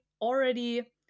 already